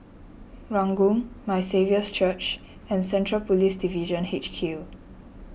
Ranggung My Saviour's Church and Central Police Division H Q